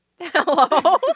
Hello